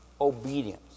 obedience